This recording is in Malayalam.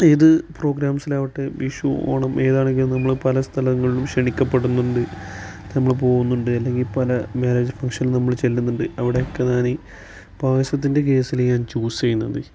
ഏത് പ്രോഗ്രാംസിലാവട്ടെ വിഷു ഓണം ഏതാണെങ്കിലും നമ്മൾ പല സ്ഥലങ്ങളിലും ക്ഷണിക്കപ്പെടുന്നുണ്ട് നമ്മൾ പോകുന്നുണ്ട് ഇല്ലെങ്കിൽ പല മാരേജ് ഫങ്ങ്ഷൻലും നമ്മൾ ചെല്ലുന്നുണ്ട് അവിടൊക്കെ ഞാനീ പായസത്തിന്റെ കേസിൽ ഞാൻ ചൂസ് ചെയ്യുന്നത്